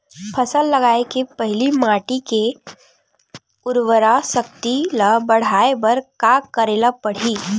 फसल लगाय के पहिली माटी के उरवरा शक्ति ल बढ़ाय बर का करेला पढ़ही?